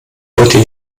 wollte